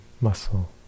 muscle